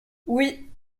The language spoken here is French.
oui